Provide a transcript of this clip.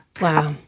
wow